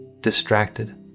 distracted